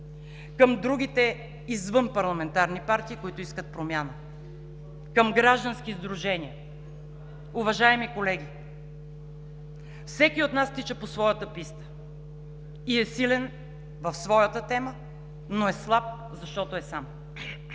към другите извънпарламентарни партии, които искат промяна, към граждански сдружения: уважаеми колеги, всеки от нас тича по своята писта и е силен в своята тема, но е слаб, защото е сам.